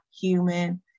human